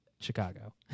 Chicago